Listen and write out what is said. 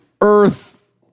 Earth